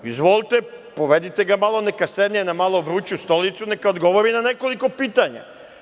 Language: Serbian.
Izvolite, povedite ga malo neka sedne na vruću stolicu, neka odgovori na nekoliko pitanja.